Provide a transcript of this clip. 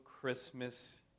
Christmas